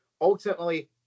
ultimately